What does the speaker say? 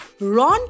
Ron